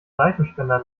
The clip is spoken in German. seifenspender